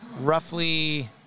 roughly